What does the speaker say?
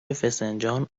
فسنجان